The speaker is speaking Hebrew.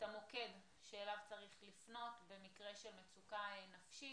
המוקד שאליו צריך לפנות במקרה של מצוקה נפשית.